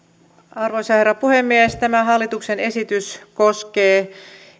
arvoisa herra puhemies tämä hallituksen esitys koskee